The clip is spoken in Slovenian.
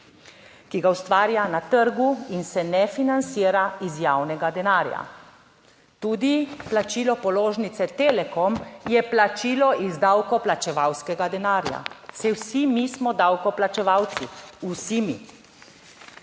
ki ga ustvarja na trgu in se ne financira iz javnega denarja. Tudi plačilo položnice Telekom je plačilo iz davkoplačevalskega denarja. Saj vsi mi smo davkoplačevalci, vsi mi.